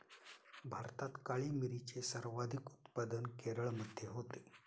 भारतात काळी मिरीचे सर्वाधिक उत्पादन केरळमध्ये होते